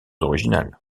originales